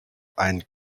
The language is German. einen